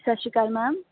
ਸਤਿ ਸ਼੍ਰੀ ਅਕਾਲ ਮੈਮ